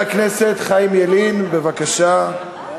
חבר הכנסת חיים ילין, בבקשה.